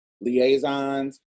liaisons